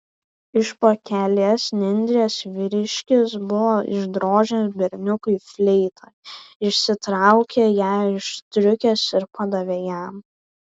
iš pakelės nendrės vyriškis buvo išdrožęs berniukui fleitą išsitraukė ją iš striukės ir padavė jam